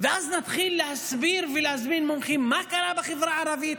ואז נתחיל להסביר ולהזמין מומחים: מה קרה בחברה הערבית,